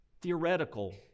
theoretical